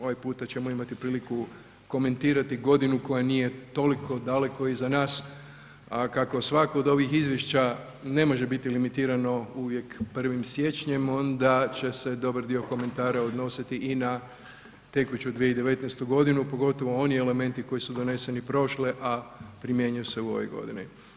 Ovaj puta ćemo imati priliku komentirati godinu koja nije toliko daleko iza nas, a kako svako od ovih izvješća ne može biti limitirano uvijek 1. siječnjem onda će se dobar dio komentara odnositi i na tekuću 2019., pogotovo oni elementi koji su doneseni prošle, a primjenjuju se u ovoj godini.